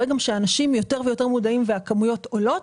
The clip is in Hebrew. רואה שאנשים יותר ויותר מודעים והכמויות עולות.